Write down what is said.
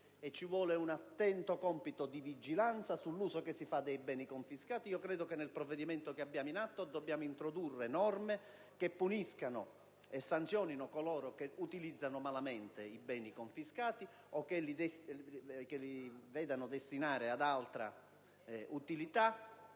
ci vuole un attento compito di vigilanza sull'uso che di essi si fa. Credo che nel provvedimento che abbiamo in atto dobbiamo introdurre norme che sanzionino coloro che utilizzano malamente i beni confiscati o che li destinano ad altra utilità.